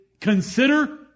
Consider